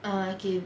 ah okay